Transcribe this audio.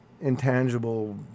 intangible